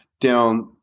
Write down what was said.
down